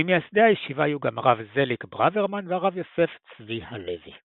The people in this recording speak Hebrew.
ממייסדי הישיבה היו גם הרב זליג ברוורמן והרב יוסף צבי הלוי.